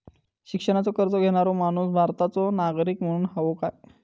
शिक्षणाचो कर्ज घेणारो माणूस भारताचो नागरिक असूक हवो काय?